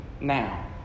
now